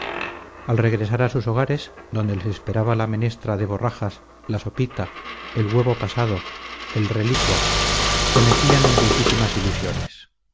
al regresar a sus hogares donde les esperaba la menestra de borrajas la sopita el huevo pasado et reliqua se mecían en dulcísimas ilusiones